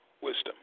wisdom